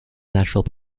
natural